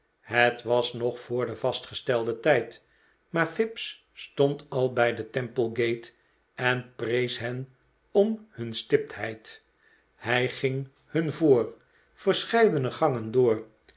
het was nog voor den vastgestelden tijd maar fips stond al bij de temple gate en prees hen om hun stiptheid hij ging hun voor verscheidene gangen door